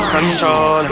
Control